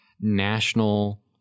national